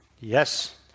yes